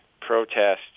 protests